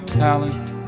talent